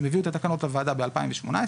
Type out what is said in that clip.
הם הביאו את התקנות לוועדה ב-2018,